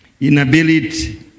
Inability